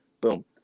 boom